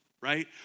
right